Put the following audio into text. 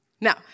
Now